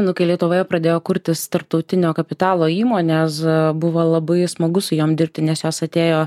nu kai lietuvoje pradėjo kurtis tarptautinio kapitalo įmonėz buvo labai smagu su jom dirbti nes jos atėjo